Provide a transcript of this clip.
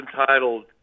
entitled